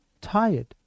tired